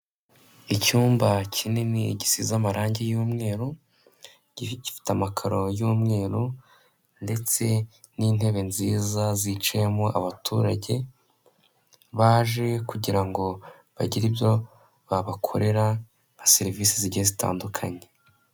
icyumba kinini gisize amarange y'umweru, gifite amakaro y'umweru ndetse n'intebe nziza zicayemo abaturage, baje kugirango bagire ibyo babakorera nka serivise zigiye zitandukanye.